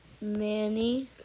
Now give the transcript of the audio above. Manny